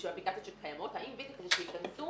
בשביל האפליקציות שקיימות אלא כדי שייכנסו